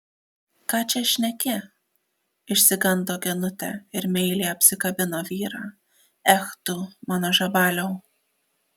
ką čia šneki išsigando genutė ir meiliai apsikabino vyrą ech tu mano žabaliau